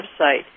website